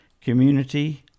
community